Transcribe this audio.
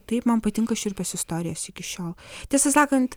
taip man patinka šiurpios istorijos iki šiol tiesą sakant